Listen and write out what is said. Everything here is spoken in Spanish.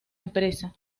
empresa